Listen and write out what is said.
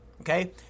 okay